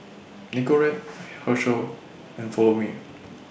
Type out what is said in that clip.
Nicorette Herschel and Follow Me